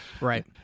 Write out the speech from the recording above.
Right